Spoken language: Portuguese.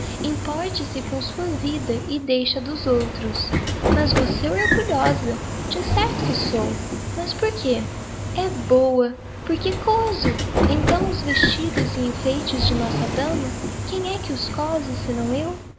imporie se com a sua vida e deixe a dos outros mas você é orgulhosa de certo que sou mas por quê e boa porque coso então os vestidos e enfeites de nossa ama quem é que os cose senão eu